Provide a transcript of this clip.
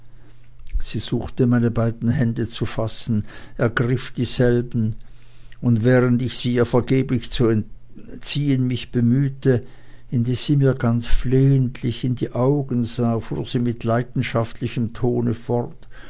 sie suchte meine beiden hände zu fassen ergriff dieselben und während ich sie ihr vergeblich zu entziehen mich bemühte indes sie mir ganz flehentlich in die augen sah fuhr sie mit leidenschaftlichem tone fort